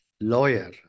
lawyer